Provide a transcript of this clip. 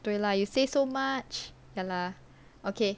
对 lah you say so much ya lah okay